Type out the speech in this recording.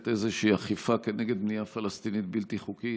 איזושהי אכיפה נגד בנייה פלסטינית בלתי חוקית.